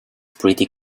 pretty